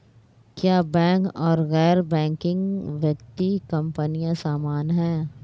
क्या बैंक और गैर बैंकिंग वित्तीय कंपनियां समान हैं?